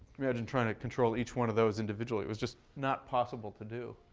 imagine trying to control each one of those individually. it was just not possible to do.